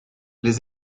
les